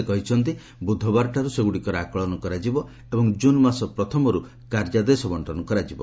ସେ କହିଛନ୍ତି ବୁଧବାରଠାରୁ ସେଗୁଡ଼ିକର ଆକଳନ କରାଯିବ ଏବଂ ଜୁନ୍ ମାସ ପ୍ରଥମରୁ କାର୍ଯ୍ୟାଦେଶ ଦିଆଯିବ